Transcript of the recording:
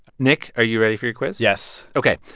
nick, are you ready for your quiz? yes ok.